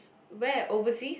where overseas